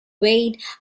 wait